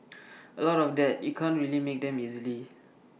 A lot of that you can't really make them easily